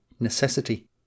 necessity